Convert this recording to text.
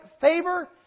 favor